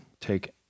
take